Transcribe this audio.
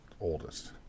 oldest